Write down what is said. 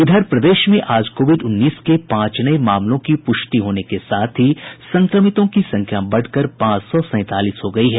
इधर प्रदेश में आज कोविड उन्नीस के पांच नये मामलों की पुष्टि होने के साथ ही संक्रमितों की संख्या बढ़कर पांच सौ सैंतालीस हो गयी है